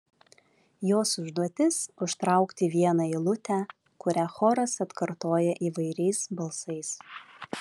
jos užduotis užtraukti vieną eilutę kurią choras atkartoja įvairiais balsais